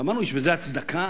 ואמרנו: יש לזה הצדקה?